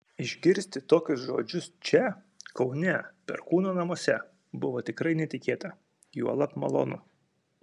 išgirsti tokius žodžius čia kaune perkūno namuose buvo tikrai netikėta juolab malonu